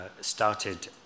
started